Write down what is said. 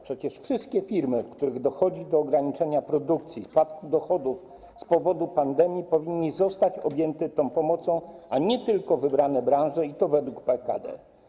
Przecież wszystkie firmy, w których dochodzi do ograniczenia produkcji, spadku dochodów z powodu pandemii, powinny zostać objęte tą pomocą, a nie tylko wybrane branże i to według PKD.